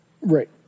Right